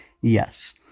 Yes